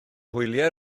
hwyliau